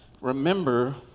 remember